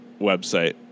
website